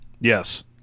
Yes